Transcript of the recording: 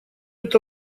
это